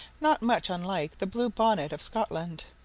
not much unlike the blue bonnet of scotland.